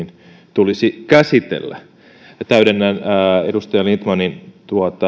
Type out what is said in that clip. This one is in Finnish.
tulisi käsitellä täydennän edustaja lindtmanin